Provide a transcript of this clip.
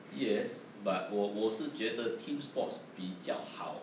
yes but 我我是觉得 team sports 比较好